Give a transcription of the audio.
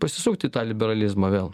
pasisukt į tą liberalizmą vėl